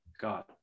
god